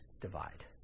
divide